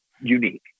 unique